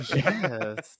Yes